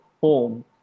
home